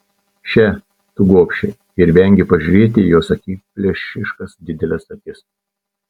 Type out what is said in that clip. še tu gobše ir vengė pažiūrėti į jos akiplėšiškas dideles akis